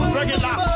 regular